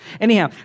Anyhow